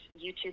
YouTube